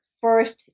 first